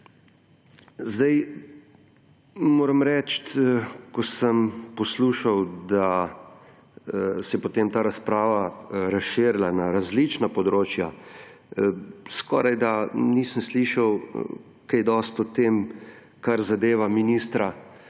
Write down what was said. Moram reči, ko sem poslušal, da se je potem ta razprava razširila na različna področja, skorajda nisem slišal kaj dosti o tem, kar zadeva ministra